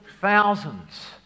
thousands